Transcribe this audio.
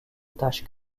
taches